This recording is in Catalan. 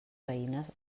veïnes